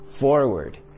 forward